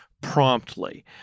promptly